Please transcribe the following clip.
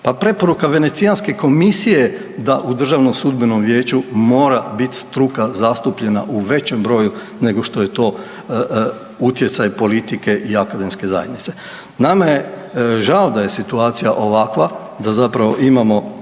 Pa preporuka Venecijske komisije da u DSV-u mora biti struka zastupljena u većem broju nego št je to utjecaj politike i akademske zajednice. Nama je žao da je situacija ovakva, da zapravo imamo